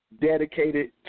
dedicated